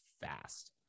fast